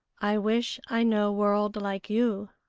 i wish i know world like you!